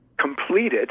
completed